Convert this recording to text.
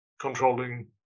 controlling